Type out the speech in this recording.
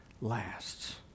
lasts